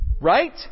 Right